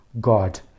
God